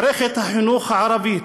מערכת החינוך הערבית